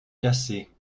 cassées